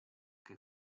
che